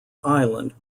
island